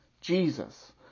Jesus